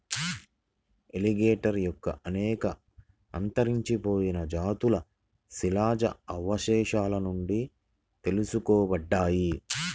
alligator యొక్క అనేక అంతరించిపోయిన జాతులు శిలాజ అవశేషాల నుండి తెలుసుకోబడ్డాయి